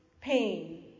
pain